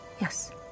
Yes